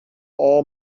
all